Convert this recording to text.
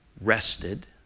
rested